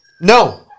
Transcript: No